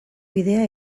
bidea